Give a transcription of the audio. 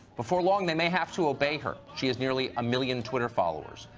before long they may have to obey her. she has nearly a million twitter followers.